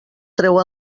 treu